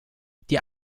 die